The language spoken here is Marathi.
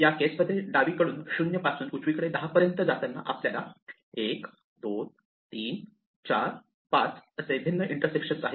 या केस मध्ये डावीकडून 0 पासून उजवीकडे 10 पर्यंत जाताना आपल्याला 1 2 3 4 5 असे भिन्न इण्टरसेकशन्स आहेत